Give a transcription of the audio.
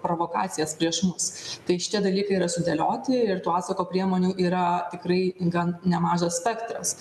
provokacijas prieš mus tai šitie dalykai yra sudėlioti ir to atsako priemonių yra tikrai gan nemažas spektras